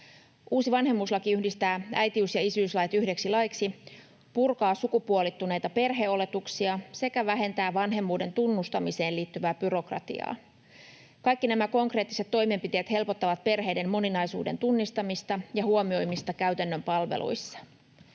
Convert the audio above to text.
Uusi vanhemmuuslaki yhdistää äitiys- ja isyyslait yhdeksi laiksi, purkaa sukupuolittuneita perheoletuksia sekä vähentää vanhemmuuden tunnustamiseen liittyvää byrokratiaa. Kaikki nämä konkreettiset toimenpiteet helpottavat perheiden moninaisuuden tunnistamista ja huomioimista käytännön palveluissa.